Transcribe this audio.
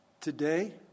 Today